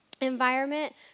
environment